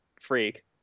freak